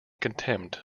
contempt